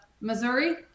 Missouri